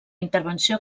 intervenció